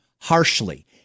harshly